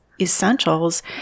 essentials